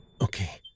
Okay